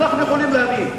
אנחנו יכולים להבין.